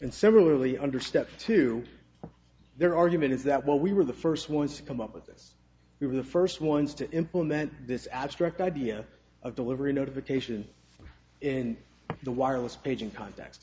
and similarly under step two their argument is that what we were the first ones to come up with this we were the first ones to implement this abstract idea of delivery notification in the wireless paging cont